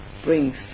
Brings